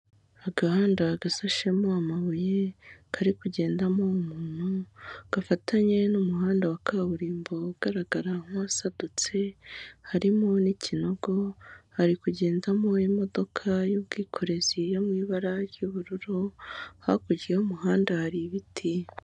Agahanda gasashemo amabuye kari kugendamo umuntu gafatanye n'umuhanda wa kaburimbo ugaragara nk'uwasadutse, harimo n'ikinogo hari kugendamo imodoka y'ubwikorezi yo mu ibara ry'ubururu, hakurya y'umuhanda hari ibiti.